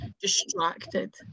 distracted